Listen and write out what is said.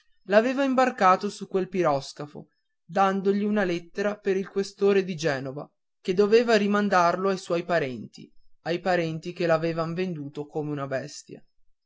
l'aveva imbarcato su quel piroscafo dandogli una lettera per il questore di genova che doveva rimandarlo ai suoi parenti ai parenti che l'avevan venduto come una bestia